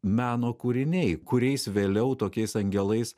meno kūriniai kuriais vėliau tokiais angelais